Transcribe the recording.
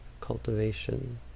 cultivation